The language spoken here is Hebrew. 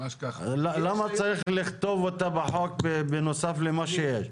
למה צריך לכתוב אותה בחוק בנוסף למה שיש?